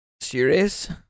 Serious